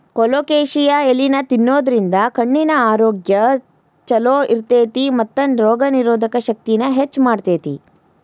colocasia ಎಲಿನಾ ತಿನ್ನೋದ್ರಿಂದ ಕಣ್ಣಿನ ಆರೋಗ್ಯ್ ಚೊಲೋ ಇರ್ತೇತಿ ಮತ್ತ ರೋಗನಿರೋಧಕ ಶಕ್ತಿನ ಹೆಚ್ಚ್ ಮಾಡ್ತೆತಿ